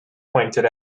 pointed